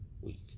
week